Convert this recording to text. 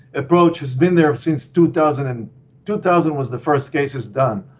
approach has been there since two thousand and two thousand was the first case is done.